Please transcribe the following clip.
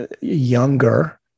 younger